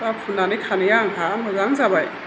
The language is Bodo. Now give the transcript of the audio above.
दा फुननानै खानाइया आंहा मोजां जाबाय